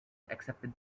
accepted